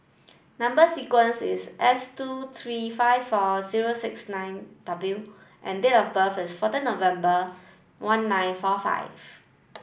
number sequence is S two three five four zero six nine W and date of birth is fourteen November one nine four five